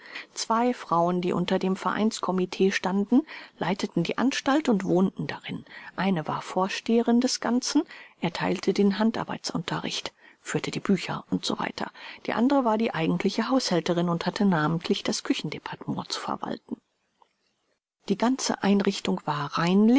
zwei frauen die unter dem vereins comit standen leiteten die anstalt und wohnten darin eine war vorsteherin des ganzen ertheilte den handarbeitunterricht führte die bücher u s w die andre war die eigentliche haushälterin und hatte namentlich das küchen departement zu verwalten die ganze einrichtung war